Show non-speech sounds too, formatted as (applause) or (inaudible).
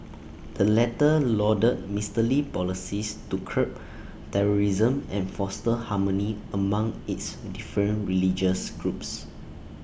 the latter lauded Mister Lee's policies to curb (noise) terrorism and foster harmony among its different religious groups